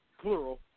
plural